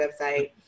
website